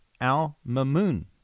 al-Mamun